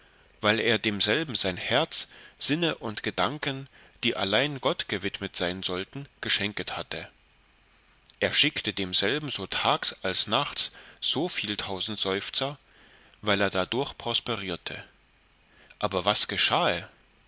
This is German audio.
weil er demselben sein herz sinne und gedanken die allein gott gewidmet sein sollten geschenket hatte er schickte demselben so tags als nachts so viel tausend seufzer weil er dadurch prosperierte aber was geschahe